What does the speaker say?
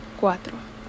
cuatro